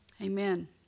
amen